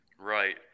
Right